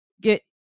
get